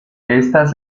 estas